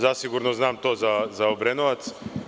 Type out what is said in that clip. Zasigurno znam to za Obrenovac.